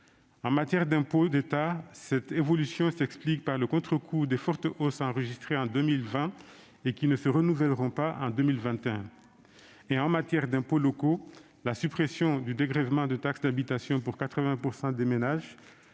En matière d'impôts d'État, cette évolution s'explique par le contrecoup des fortes hausses enregistrées en 2020, lesquelles ne se renouvelleront pas en 2021. En matière d'impôts locaux, la suppression du dégrèvement de taxe d'habitation pour 80 % des ménages